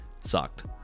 sucked